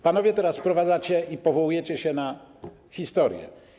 Panowie teraz to wprowadzacie i powołujecie się na historię.